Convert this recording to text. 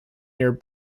near